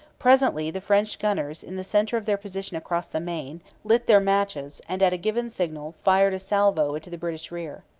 presently the french gunners, in the centre of their position across the main, lit their matches and, at a given signal, fired a salvo into the british rear.